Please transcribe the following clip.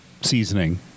seasoning